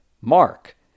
Mark